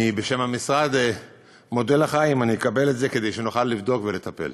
אני בשם המשרד מודה לך אם נקבל את זה כדי שנוכל לבדוק ולטפל.